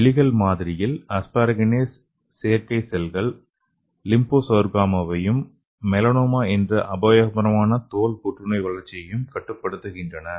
எலிகள் மாதிரியில் அஸ்பாரகினேஸ் செயற்கை செல்கள் லிம்போசர்கோமாவையும் மெலனோமா என்ற அபாயகரமான தோல் புற்றுநோயின் வளர்ச்சியையும் கட்டுப்படுத்துகின்றன